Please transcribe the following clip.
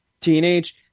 Teenage